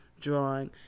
drawing